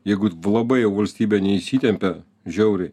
jeigu labai jau valstybė neįsitempia žiauriai